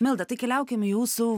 milda tai keliaukim į jūsų